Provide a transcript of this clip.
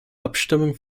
abstimmung